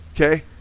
Okay